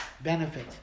benefit